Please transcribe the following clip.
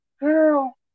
Girl